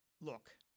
look